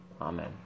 Amen